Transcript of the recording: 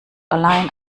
allein